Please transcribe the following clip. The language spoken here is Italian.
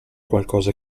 qualcosa